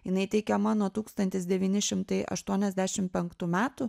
jinai teikiama nuo tūkstantis devyni šimtai aštuoniasdešim penktų metų